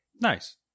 Nice